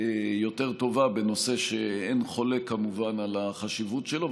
טובה יותר בנושא, שאין חולק כמובן על החשיבות שלו.